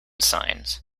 signs